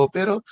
Pero